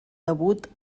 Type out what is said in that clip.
debut